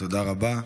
תודה רבה.